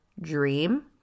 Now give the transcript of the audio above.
Dream